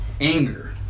Anger